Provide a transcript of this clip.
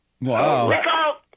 Wow